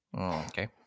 Okay